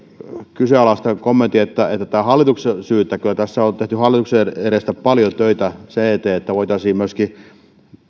kommentin että tämä on hallituksen syytä kyllä tässä on on tehty hallituksessa paljon töitä sen eteen että voitaisiin myöskin